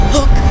Look